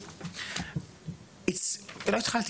לא התחלתי,